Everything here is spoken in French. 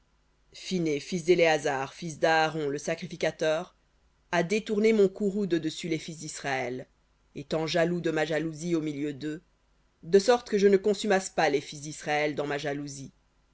phinées fils d'éléazar fils d'aaron le sacrificateur a détourné mon courroux de dessus les fils d'israël étant jaloux de ma jalousie au milieu d'eux de sorte que je ne consumasse pas les fils d'israël dans ma jalousie